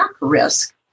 risk